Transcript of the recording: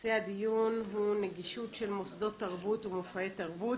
נושא הדיון הוא: נגישות של מוסדות תרבות ומופעי תרבות